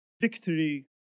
Victory